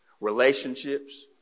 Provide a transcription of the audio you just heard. relationships